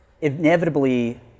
inevitably